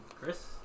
Chris